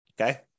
Okay